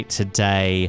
today